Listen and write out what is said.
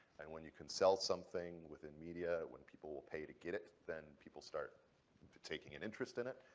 and when you can sell something within media, when people will pay to get it, then people start taking an interest in it.